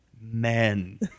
men